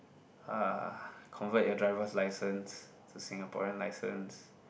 ah convert your driver's licence to Singaporean licence